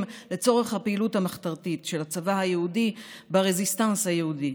לצורך הפעילות המחתרתית של הצבא היהודי ברזיסטנס היהודי.